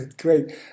great